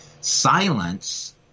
Silence